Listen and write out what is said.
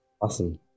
Awesome